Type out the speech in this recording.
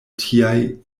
tiaj